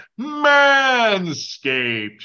manscaped